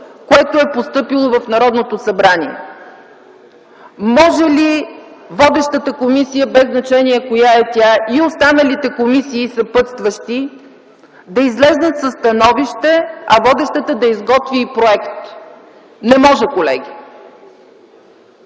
имаме постъпило в Народното събрание. Може ли водещата комисия, без значение коя е тя, и останалите съпътстващи комисии, да излязат със становище, а водещата да изготви и проект? Не може, колеги.